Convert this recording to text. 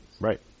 Right